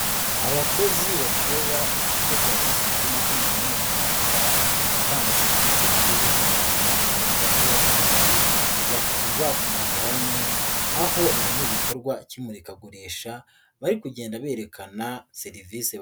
Abakozi bakorera ikigo cya sosiyete y'itumanaho mu Rwanda itanga serivisi zigiye zitandukanye ya Airtel, bakaba bahuriye hamwe aho bari mu gikorwa cy'imurikagurisha, bari kugenda berekana serivisi batanga.